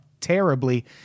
terribly